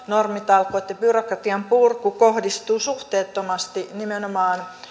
normitalkoot ja byrokratianpurku kohdistuvat suhteettomasti nimenomaan